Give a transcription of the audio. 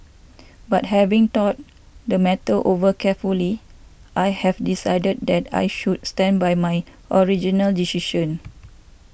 but having thought the matter over carefully I have decided that I should stand by my original decision